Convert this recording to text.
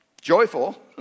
joyful